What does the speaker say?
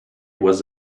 was